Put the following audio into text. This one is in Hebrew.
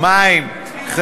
מים, דירות.